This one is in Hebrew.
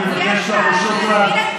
תזמין את כולם,